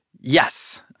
Yes